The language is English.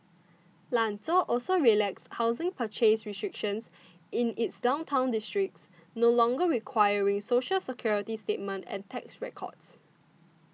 Lanzhou also relaxed housing purchase restrictions in its downtown districts no longer requiring Social Security statement and tax records